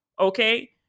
Okay